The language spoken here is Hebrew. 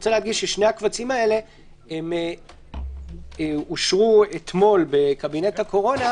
רוצה לומר ששני הקבצים האלה אושרו אתמול בקבינט הקורונה,